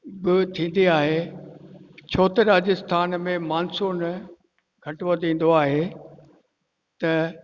ब थींदी आहे छो त राजस्थान में मानसून घटि वधि ईंदो आहे त